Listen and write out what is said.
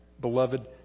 Beloved